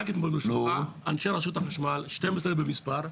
רק אתמול, ברשותך, אנשי רשות החשמל, 12 במספר,